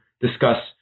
discuss